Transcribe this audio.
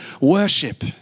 worship